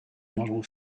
model